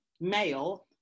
male